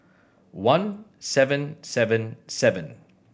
one seven seven seven